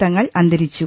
തങ്ങൾ അന്തരിച്ചു